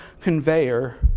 conveyor